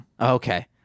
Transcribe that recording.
Okay